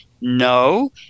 no